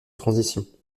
transition